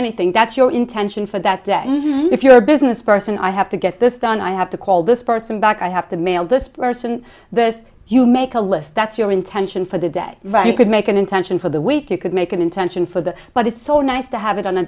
anything that's your intention for that day if you're a business person i have to get this done i have to call this person back i have to mail this person this you make a list that's your intention for the day right you could make an intention for the week you could make an intention for that but it's so nice to have it on a